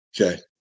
Okay